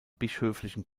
bischöflichen